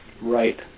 Right